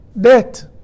Death